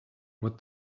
what